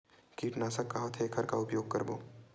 कीटनाशक का होथे एखर का उपयोग करबो?